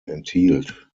enthielt